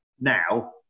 now